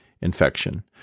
infection